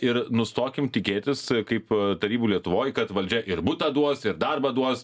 ir nustokim tikėtis kaip tarybų lietuvoj kad valdžia ir butą duos ir darbą duos